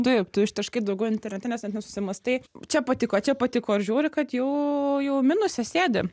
taip tu iš taškai daugiau internetine nes net nesusimąstai čia patiko čia patiko ir žiūri kad jau jau minuse sėdi